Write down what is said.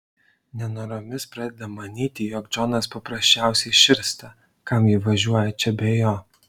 nenoromis pradeda manyti jog džonas paprasčiausiai širsta kam ji važiuoja čia be jo